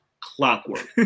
clockwork